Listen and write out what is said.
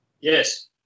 Yes